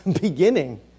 beginning